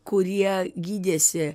kurie gydėsi